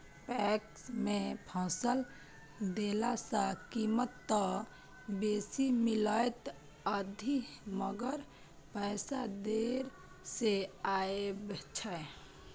PACS मे फसल देला सॅ कीमत त बेसी मिलैत अछि मगर पैसा देर से आबय छै